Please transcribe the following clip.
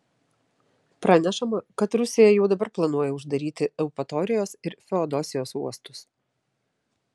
pranešama kad rusija jau dabar planuoja uždaryti eupatorijos ir feodosijos uostus